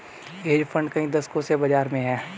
hedge fund कई दशकों से बाज़ार में हैं